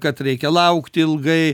kad reikia laukt ilgai